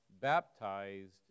baptized